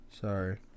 Sorry